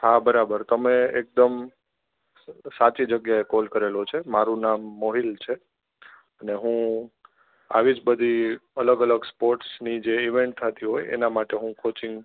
હા બરાબર તમે એકદમ સાચી જગ્યાએ કોલ કરેલો છે મારું નામ મોહિલ છે અને હું આવી જ બધી અલગ અલગ સ્પોટ્સની જે ઈવેન્ટ થતી હોય એના માટે હું કોચિંગ